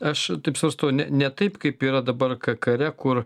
aš taip svarstau ne ne taip kaip yra dabar kare kur